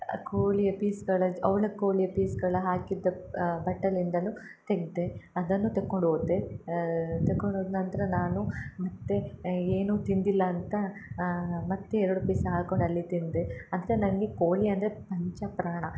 ಕೋಳಿಯ ಪೀಸ್ಗಳ ಅವ್ಳ ಕೋಳಿಯ ಪೀಸ್ಗಳ ಹಾಕಿದ್ದ ಬಟ್ಟಲಿಂದನೂ ತೆಗ್ದೆ ಅದನ್ನು ತೆಕೊಂಡು ಹೋದೆ ತೆಕೊಂಡು ಹೋದ ನಂತರ ನಾನು ಮತ್ತೆ ಏನೂ ತಿಂದಿಲ್ಲ ಅಂತ ಮತ್ತೆ ಎರಡು ಪೀಸ್ ಹಾಕೊಂಡು ಅಲ್ಲಿ ತಿಂದೆ ಅಂದರೆ ನನಗೆ ಕೋಳಿ ಅಂದರೆ ಪಂಚಪ್ರಾಣ